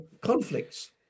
conflicts